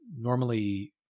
normally